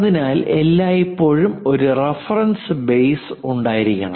അതിനാൽ എല്ലായ്പ്പോഴും ഒരു റഫറൻസ് ബേസ് ഉണ്ടായിരിക്കണം